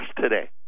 today